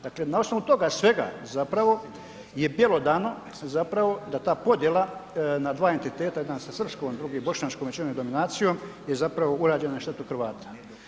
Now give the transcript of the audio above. Dakle, na osnovu toga svega zapravo je bjelodano zapravo da ta podjela na dva entiteta jedan sa srpskom, drugi bošnjačkom većinom i dominacijom je zapravo urađena na štetu Hrvata.